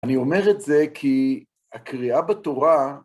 אני אומר את זה כי הקריאה בתורה...